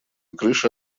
крыша